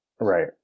Right